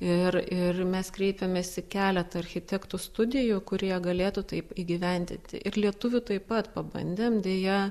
ir ir mes kreipėmės į keletą architektų studijų kurie galėtų tai įgyvendinti ir lietuvių taip pat pabandėm deja